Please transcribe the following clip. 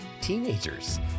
teenagers